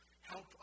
help